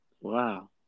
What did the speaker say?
Wow